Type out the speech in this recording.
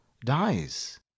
dies